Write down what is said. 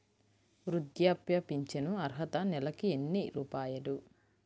వృద్ధాప్య ఫింఛను అర్హత నెలకి ఎన్ని రూపాయలు?